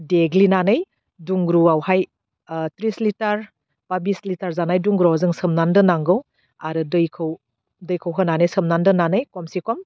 देग्लिनानै दुंग्रुआवहाय ओह थ्रिस लिटार बा बिस लिटार जानाय दुंग्रायाव जों सोमनानै दोननांगौ आरो दैखौ दैखौ होनानै सोमनानै दोननानै खमसेखम